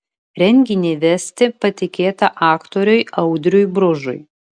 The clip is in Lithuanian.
renginį vesti patikėta aktoriui audriui bružui